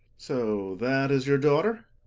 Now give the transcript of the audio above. so that is your daughter?